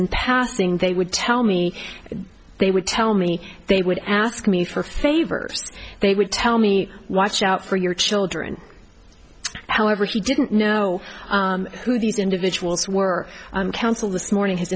in passing they would tell me if they would tell me they would ask me for favors they would tell me watch out for your children however he didn't know who these individuals were on council this morning h